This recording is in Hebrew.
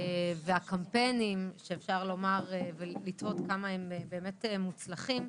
הקמפיינים שאפשר לתהות כמה הם באמת מוצלחים,